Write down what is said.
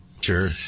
sure